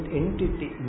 entity